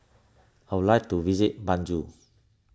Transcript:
I would like to visit Banjul